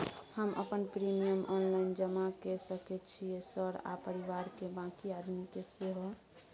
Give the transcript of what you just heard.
हम अपन premium online जमा के सके छियै सर आ परिवार के बाँकी आदमी के सेहो?